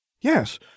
Yes